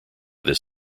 this